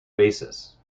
basis